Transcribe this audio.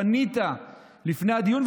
פנית לפני הדיון,